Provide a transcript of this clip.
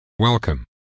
Welcome